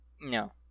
no